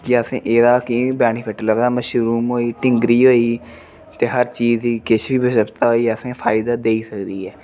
कि असेंगी एह्दा केह् बेनिफिट लभदा मशरूम होई टींगरी होई ते हर चीज़ दी किश बी व्यवस्था होई असेंगी फायदा देई सकदी ऐ